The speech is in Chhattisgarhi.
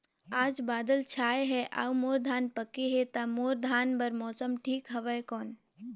आज बादल छाय हे अउर मोर धान पके हे ता मोर धान बार मौसम ठीक हवय कौन?